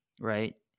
right